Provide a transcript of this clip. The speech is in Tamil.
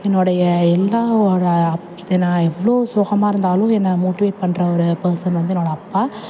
என்னுடைய எல்லாவோட அப் இதுனா எவ்வளோ சோகமாக இருந்தாலும் என்ன மோட்டிவேட் பண்ணுற ஒரு பர்சன் வந்து என்னோட அப்பா